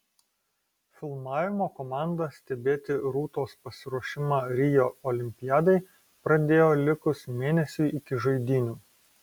filmavimo komanda stebėti rūtos pasiruošimą rio olimpiadai pradėjo likus mėnesiui iki žaidynių